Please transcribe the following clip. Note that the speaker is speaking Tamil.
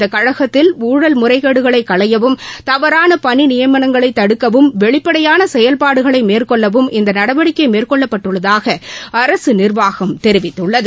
இந்த கழகத்தில் ஊழல் முறைகேடுகளை களையவும் தவறான பணி நியமனங்களை தடுக்கவும் வெளிப்படையான செயல்பாடுகளை மேற்கொள்ளவும் இந்த நடவடிக்கை மேற்கொள்ளப்பட்டுள்ளதாக அரசு நிர்வாகம் தெரிவித்துள்ளது